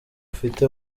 ufite